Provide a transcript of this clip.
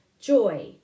joy